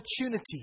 opportunity